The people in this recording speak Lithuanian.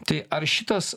tai ar šitas